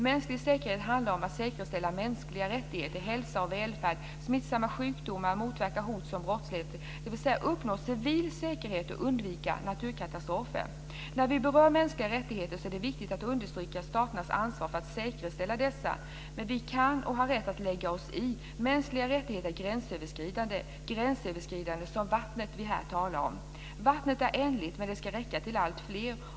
Mänsklig säkerhet handlar om att säkerställa mänskliga rättigheter, hälsa och välfärd, motverka smittsamma sjukdomar, motverka hot såsom brottslighet, dvs. det handlar om att uppnå civil säkerhet och undvika katastrofer. När vi berör mänskliga rättigheter är det viktigt att understryka staternas ansvar för att säkerställa dessa, men vi kan och vi har rätt att lägga oss i. Mänskliga rättigheter är gränsöverskridande, gränsöverskridande som vattnet jag här talar om. Vattnet är ändligt, men det ska räcka till alltfler.